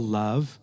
love